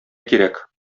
кирәк